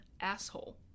asshole